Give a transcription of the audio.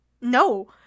no